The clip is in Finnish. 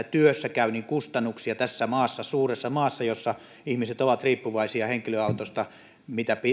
työssäkäynnin kustannuksia tässä maassa suuressa maassa jossa ihmiset ovat riippuvaisia henkilöautoista mitä